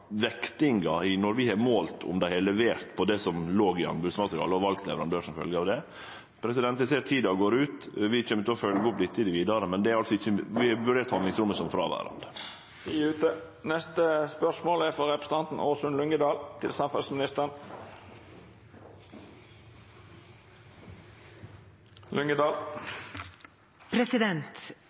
vektinga når vi har målt om dei har levert på det som låg i anbodsmaterialet og valt leverandør som følgje av det. Eg ser tida går ut. Vi kjem til å følgje opp dette i det vidare, men vi har vurdert handlingsrommet som fråverande.